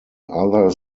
other